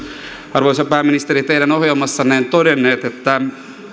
arvoisa pääministeri teidän ohjelmassanne todenneet että